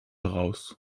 raus